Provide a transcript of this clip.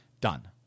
Done